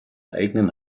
eigenen